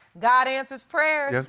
god answers prayers.